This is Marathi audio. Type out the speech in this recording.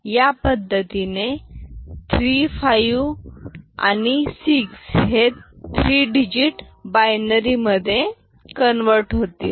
या पद्धतीने 3 5 आणि 6 हे 3 डिजिट बायनरी मधे कन्व्हर्ट होतील